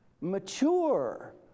mature